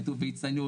כתוב "בהצטיינות",